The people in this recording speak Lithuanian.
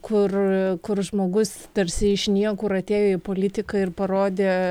kur kur žmogus tarsi iš niekur atėjo į politiką ir parodė